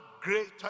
greater